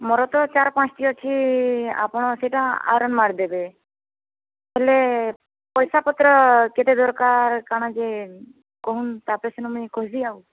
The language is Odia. ମୋର ତ ଚାରି ପାଞ୍ଚଟି ଅଛି ଆପଣ ସେଟା ଆଇରନ୍ ମାରିଦେବେ ହେଲେ ପଇସାପତ୍ର କେତେ ଦରକାର କାଣା ଯେ କହୁନ୍ ତା'ପରେ ସିନା ମୁଇଁ କହିବି ଆଉ